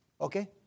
Okay